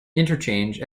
interchange